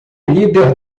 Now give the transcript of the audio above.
líder